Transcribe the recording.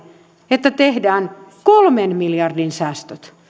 että tehdään kolmen miljardin säästöt